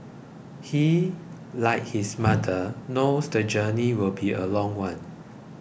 he like his mother knows the journey will be a long one